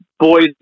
Boys